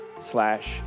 slash